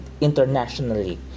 internationally